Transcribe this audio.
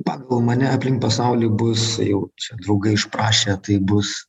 pagal mane aplink pasaulį bus jau čia draugai išprašė tai bus